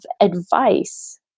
advice